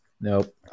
Nope